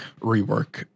rework